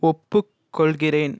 ஒப்புக்கொள்கிறேன்